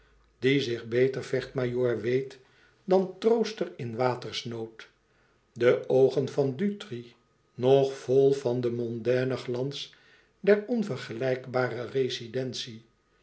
die zich beter vechtmajoor weet dan trooster in watersnood de oogen van dutri nog vol van den mondainen glans der onvergelijkbare rezidentie